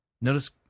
Notice